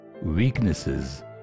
weaknesses